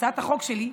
בהצעת החוק שלי,